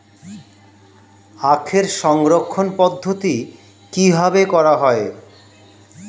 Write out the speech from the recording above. আখের সংরক্ষণ পদ্ধতি কিভাবে করা হয়?